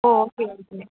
O okay okay